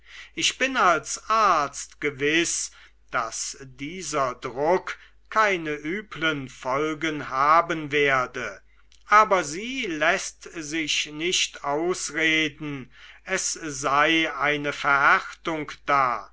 ich bin als arzt gewiß daß dieser druck keine üblen folgen haben werde aber sie läßt sich nicht ausreden es sei eine verhärtung da